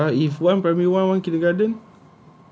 ya if one primary one one kindergarten